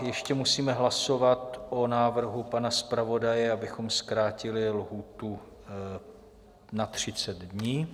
Ještě musíme hlasovat o návrhu pana zpravodaje, abychom zkrátili lhůtu na 30 dní.